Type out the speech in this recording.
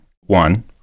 one